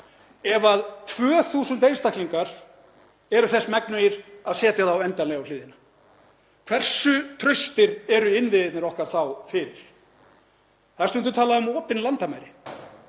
ef 2.000 einstaklingar eru þess megnugir að setja þá endanlega á hliðina? Hversu traustir eru innviðirnir okkar þá fyrir? Það er stundum talað um opin landamæri.